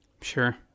Sure